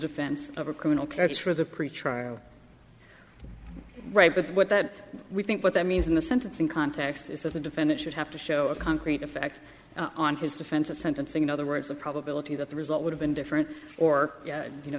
defense of a criminal case for the pretrial right but what we think what that means in the sentencing context is that the defendant should have to show a concrete effect on his defense of sentencing in other words the probability that the result would have been different or you know